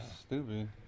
stupid